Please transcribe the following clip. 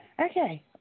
Okay